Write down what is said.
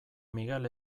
miguel